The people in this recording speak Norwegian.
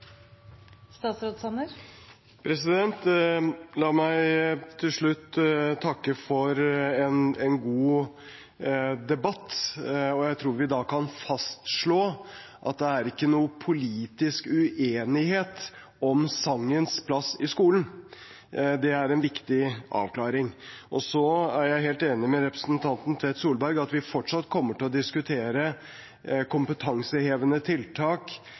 er lagt fram. La meg til slutt takke for en god debatt. Jeg tror vi kan fastslå at det ikke er noen politisk uenighet om sangens plass i skolen. Det er en viktig avklaring. Jeg er helt enig med representanten Tvedt Solberg i at vi fortsatt kommer til å diskutere kompetansehevende tiltak,